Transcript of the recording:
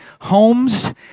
homes